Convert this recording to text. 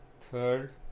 Third